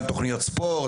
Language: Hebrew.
גם תוכניות ספורט,